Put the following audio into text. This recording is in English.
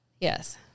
Yes